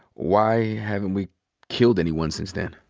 why haven't we killed anyone since then?